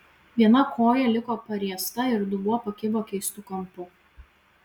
viena koja liko pariesta ir dubuo pakibo keistu kampu